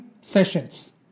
sessions